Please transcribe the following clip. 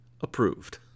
approved